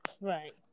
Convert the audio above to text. Right